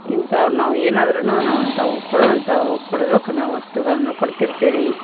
ಇಂಥವು ನಾವು ಏನಾದ್ರು ನಾವು ಅಂಥವು ಕೊಡೊ ಅಂಥವು ಕೊಡ್ಬೇಕು ನಾವು ವಸ್ತುಗಳನ್ನು ಕೊಡ್ತಿರ್ತೀವಿ